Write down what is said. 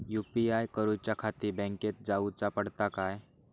UPI करूच्याखाती बँकेत जाऊचा पडता काय?